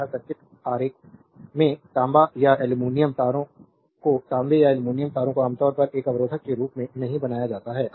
एक सर्किट आरेख में तांबा या एल्यूमीनियम तारों को तांबे या एल्यूमीनियम तारों को आमतौर पर एक अवरोधक के रूप में नहीं बनाया जाता है